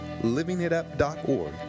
LivingItUp.org